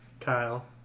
Kyle